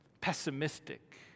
pessimistic